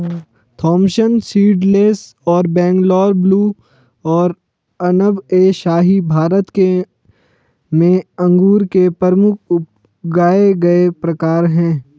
Thompson seedless और Bangalore blue और अनब ए शाही भारत में अंगूर के प्रमुख उगाए गए प्रकार हैं